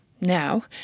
now